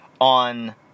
on